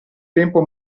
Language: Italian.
tempo